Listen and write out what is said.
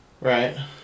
Right